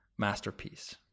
masterpiece